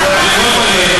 תודה רבה.